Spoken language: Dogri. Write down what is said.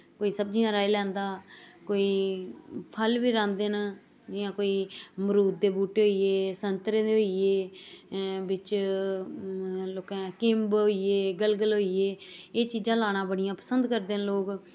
कोई सब्जियां राई लैंदा कोई फल बी राह्ंदे न जि'यां कोई मरूद दे बूह्टे होई गे संतरे दे होई गे बिच्च लोकें किम्ब होई गे गलगल होई गे एह् चीजां लाना बड़ियां पसंद करदे न लोक